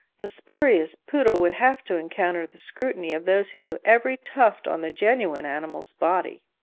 the spurious poodle would have to encounter the scrutiny of those who knew every tuft on the genuine animal's body!